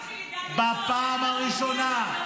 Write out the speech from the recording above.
בפעם הראשונה --- חיים שלי,